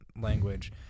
language